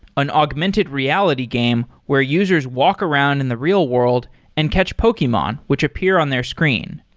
an augmented reality game where users walk around in the real-world and catch pokemon which appear on their screen.